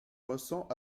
ressens